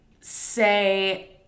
say